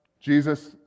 Jesus